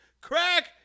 crack